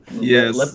yes